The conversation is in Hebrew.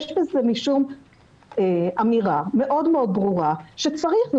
יש בזה משום אמירה מאוד מאוד ברורה שצריך להאיץ.